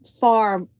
far